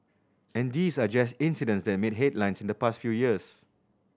and these are just incidents that made headlines in the past few years